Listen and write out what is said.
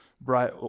bright